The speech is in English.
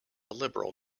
liberal